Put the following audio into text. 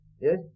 Yes